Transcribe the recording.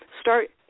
start